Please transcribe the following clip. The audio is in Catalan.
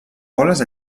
boles